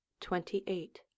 Twenty-eight